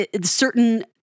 certain